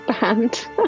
band